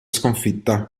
sconfitta